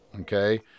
Okay